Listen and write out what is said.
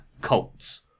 cults